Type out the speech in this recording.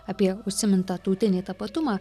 apie užsimintą tautinį tapatumą